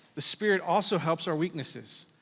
the spirit also helps our weaknesses,